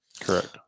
correct